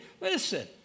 Listen